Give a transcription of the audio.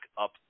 up